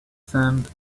sand